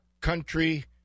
Country